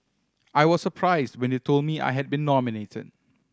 I was surprised when they told me I had been nominated